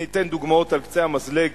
אני אתן דוגמאות על קצה המזלג,